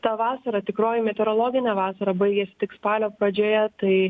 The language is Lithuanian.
ta vasara tikroji meteorologinė vasara baigėsi tik spalio pradžioje tai